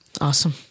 awesome